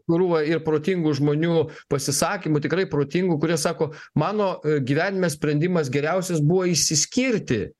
krūvą ir protingų žmonių pasisakymų tikrai protingų kurie sako mano gyvenime sprendimas geriausias buvo išsiskirti